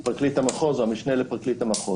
פרקליט המחוז או המשנה שלו,